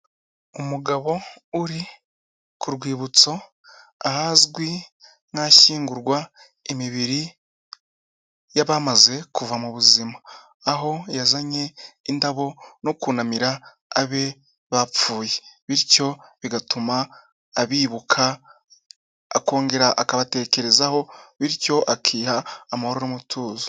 Umugabo uri ku rwibutso, ahazwi nk'ashyingurwa imibiri y'abamaze kuva mu buzima, aho yazanye indabo no kunamira abe bapfuye, bityo bigatuma abibuka akongera akabatekerezaho bityo akiha amahoro n'umutuzo.